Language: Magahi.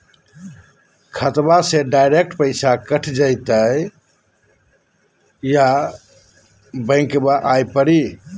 खाताबा से डायरेक्ट पैसबा कट जयते बोया बंकबा आए परी?